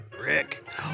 Rick